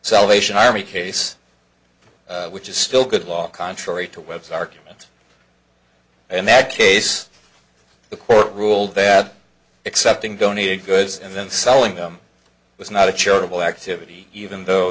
salvation army case which is still good law contrary to webb's argument in that case the court ruled that accepting donated goods and then selling them was not a charitable activity even though